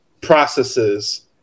processes